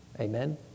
Amen